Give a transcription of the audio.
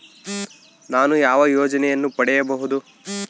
ನಾನು ಯಾವ ಯೋಜನೆಯನ್ನು ಪಡೆಯಬಹುದು?